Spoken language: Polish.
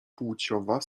płciowa